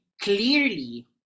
clearly